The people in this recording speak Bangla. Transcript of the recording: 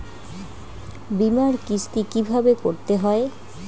বিমার কিস্তি কিভাবে করতে হয়?